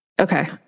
Okay